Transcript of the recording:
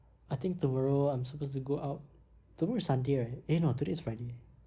I think tomorrow I'm supposed to go out tomorrow is sunday right eh no today's friday